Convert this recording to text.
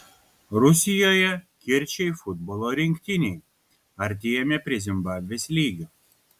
rusijoje kirčiai futbolo rinktinei artėjame prie zimbabvės lygio